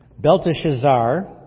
Belteshazzar